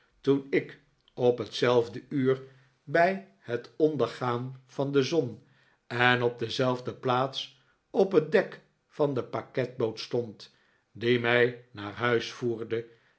toen ik op hetzelfde uur bij het ondergaan van de zon en op dezelfde plaats op het dek van de paketboot stond die mij naar huis